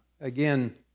again